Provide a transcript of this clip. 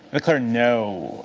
declare no.